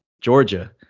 Georgia